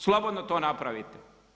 Slobodno to napravite.